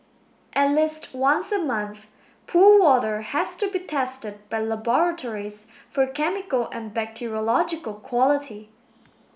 at least once a month pool water has to be tested by laboratories for chemical and bacteriological quality